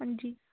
ਹਾਂਜੀ